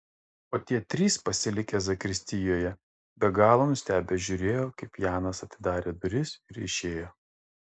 o tie trys pasilikę zakristijoje be galo nustebę žiūrėjo kaip janas atidarė duris ir išėjo